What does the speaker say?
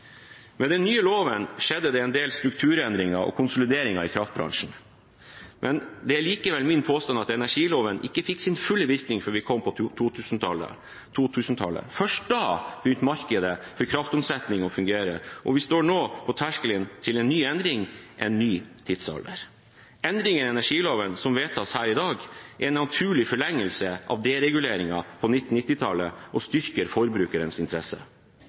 Med den nye loven skjedde det en del strukturendringer og konsolideringer i kraftbransjen, men det er likevel min påstand at energiloven ikke fikk sin fulle virkning før vi kom på 2000-tallet. Først da begynte markedet for kraftomsetning å fungere, og vi står nå på terskelen til en ny endring, en ny tidsalder. Endringene i energiloven som vedtas her i dag, er en naturlig forlengelse av dereguleringen på 1990-tallet og styrker forbrukerens interesser.